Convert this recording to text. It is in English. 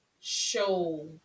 show